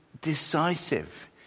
decisive